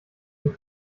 den